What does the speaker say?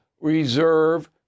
reserve